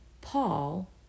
Paul